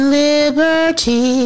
liberty